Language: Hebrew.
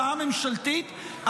הצעה ממשלתית,